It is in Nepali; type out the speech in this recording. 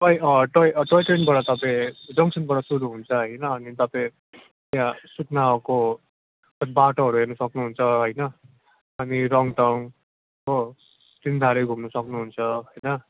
टोय टोय टोय ट्रेनबाट तपाईँ जङ्कसनबाट सुरु हुन्छ होइन अनि तपाईँ त्यहाँ सुकनाको बाटोहरू हेर्नु सक्नुहुन्छ होइन अनि रङटङ हो तिनधारे घुम्नु सक्नुहुन्छ होइन